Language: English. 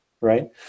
right